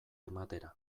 ematera